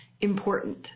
important